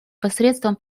посредством